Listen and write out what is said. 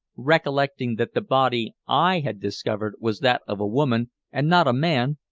recollecting that the body i had discovered was that of a woman and not a man,